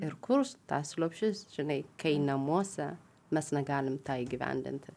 ir kur tas lopšys žinai kai namuose mes negalim tą įgyvendinti